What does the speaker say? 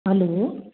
hello